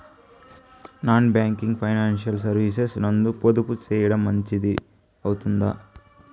Non banking financial services నందు పొదుపు సేయడం మంచిది అవుతుందా?